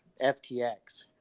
ftx